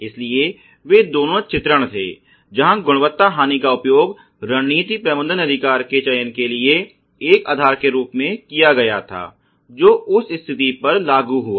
इसलिए वे दोनों चित्रण थे जहां गुणवत्ता हानि का उपयोग रणनीति प्रबंधन अधिकार के चयन के लिए एक आधार के रूप में किया गया था जो उस स्थिति पर लागू हुआ